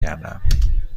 کردم